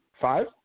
Five